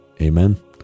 Amen